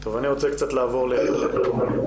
פרופ' עידו שולט.